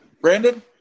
Brandon